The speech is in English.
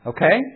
Okay